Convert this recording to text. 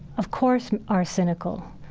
of course, are cynical.